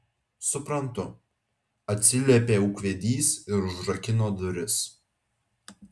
suprantu atsiliepė ūkvedys ir užrakino duris